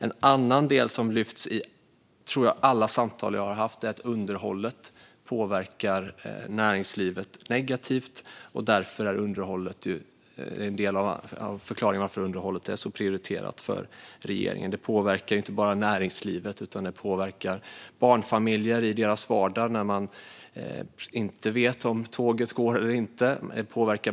En annan del, som jag tror har lyfts i alla samtal jag haft, är att läget för underhållet påverkar näringslivet negativt. Det är en del av förklaringen till att underhållet är så prioriterat för regeringen. Och det påverkar inte bara näringslivet. Det påverkar även barnfamiljer i deras vardag, när de inte vet om tåget går eller inte.